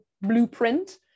blueprint